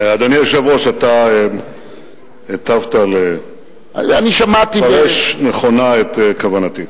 אדוני היושב-ראש, הטבת לפרש נכונה את כוונתי.